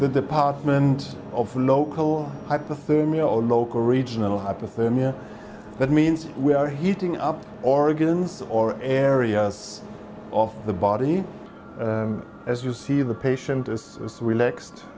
the department of local hypothermia or local regional hypothermia that means we are heating up oregon's or areas of the body as you see the patient is as relaxed